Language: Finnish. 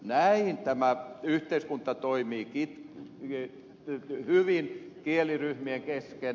näin tämä yhteiskunta toimii hyvin kieliryhmien kesken